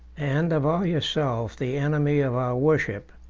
and avow yourself the enemy of our worship,